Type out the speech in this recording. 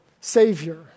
Savior